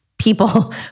people